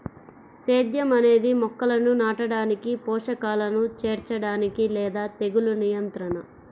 సేద్యం అనేది మొక్కలను నాటడానికి, పోషకాలను చేర్చడానికి లేదా తెగులు నియంత్రణ